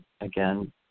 again